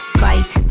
fight